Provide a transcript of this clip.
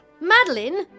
Madeline